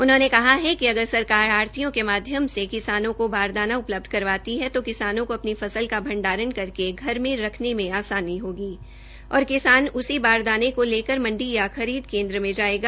उन्होंने कहा कि अगर सरकार आढतियों के माध्यम से किसानों को बारदाना उपलब्ध करवाती है तो किसानों को अपनी फसल का भण्डारण करके घर में रखने में आसानी होगी और किसान उसी बारदाने को लेकर मण्डी या खरीद केन्द्र में जायेगा